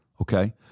Okay